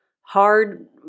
hard